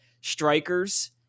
Strikers